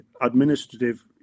administrative